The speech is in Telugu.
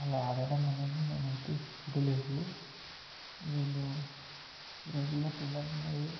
అలా ఆడడం అనేది నేనయితే చూడలేదు వీళ్ళు ఈరోజుల్లో పిల్లలనేవి